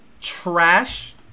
trash